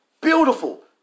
Beautiful